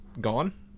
gone